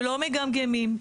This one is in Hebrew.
שלא מגמגמים,